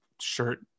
shirt